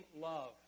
love